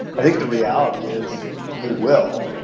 i think the reality is you will.